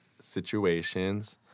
situations